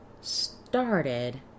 started